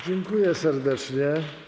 Dziękuję serdecznie.